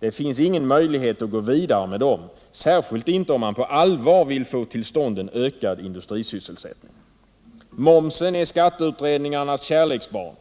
Det finns ingen möjlighet att gå vidare med dem, särskilt inte om man på allvar vill få till stånd ökad industrisysselsättning. Momsen är skatteutredningarnas kärleksbarn.